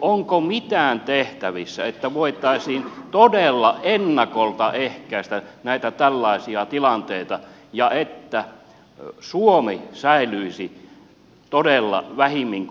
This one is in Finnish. onko mitään tehtävissä että voitaisiin todella ennakolta ehkäistä näitä tällaisia tilanteita ja että suomi säilyisi todella vähimmin